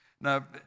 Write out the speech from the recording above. Now